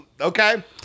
okay